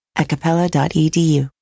acapella.edu